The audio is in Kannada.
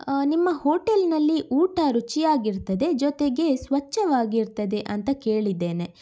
ನಿಮ್ಮ ಹೋಟೆಲ್ನಲ್ಲಿ ಊಟ ರುಚಿ ಆಗಿರ್ತದೆ ಜೊತೆಗೆ ಸ್ವಚ್ಛವಾಗಿರ್ತದೆ ಅಂತ ಕೇಳಿದ್ದೇನೆ